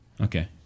Okay